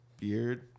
beard